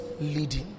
leading